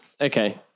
okay